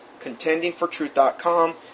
Contendingfortruth.com